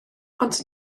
ond